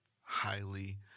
highly